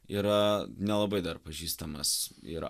yra nelabai dar pažįstamas ir